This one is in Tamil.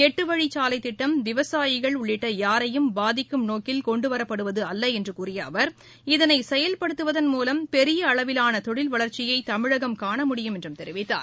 எட்டுவழிச்சாலை திட்டம் விவசாயிகள் உள்ளிட்ட யாரையும் பாதிக்கும் நோக்கில் கொண்டுவரப்படுவதல்ல என்று கூறிய அவர் இதனை செயவ்படுத்துவதன் மூலம் பெரிய அளவிலான தொழில்வளர்ச்சியை தமிழகம் காணமுடியும் என்றும் தெரிவித்தார்